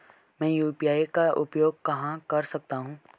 मैं यू.पी.आई का उपयोग कहां कर सकता हूं?